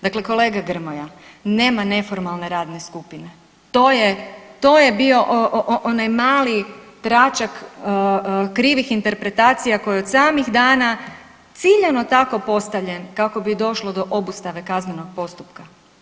Dakle kolega Grmoja nema neformalne radne skupine, to je, to je bio onaj mali tračak krivih interpretacija koji od samih dana ciljano tako postavljen kako bi došlo do obustave kaznenog postupka.